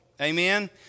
Amen